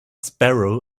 sparrow